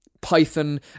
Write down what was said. python